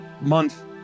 month